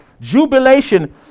jubilation